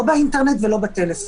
לא באינטרנט ולא בטלפון.